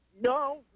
No